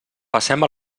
passem